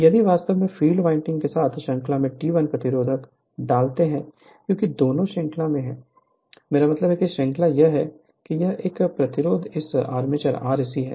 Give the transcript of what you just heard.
यदि वास्तव में फील्ड वाइंडिंग के साथ श्रृंखला में T1 प्रतिरोध डालते हैं क्योंकि दोनों श्रृंखला में हैं मेरा मतलब है कि श्रृंखला यह है यह एक है यह प्रतिरोध इस आर्मेचर Rse है